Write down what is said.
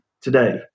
today